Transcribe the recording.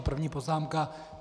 První poznámka.